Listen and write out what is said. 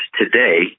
today